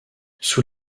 sous